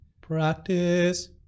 Practice